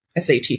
SAT